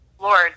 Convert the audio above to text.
Lord